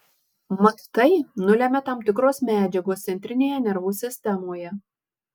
mat tai nulemia tam tikros medžiagos centrinėje nervų sistemoje